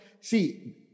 see